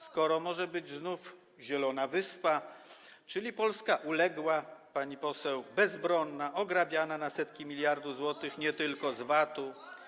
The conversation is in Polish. skoro może być znów zielona wyspa, czyli Polska uległa, pani poseł, bezbronna, ograbiana na setki miliardów złotych, nie tylko z VAT-u.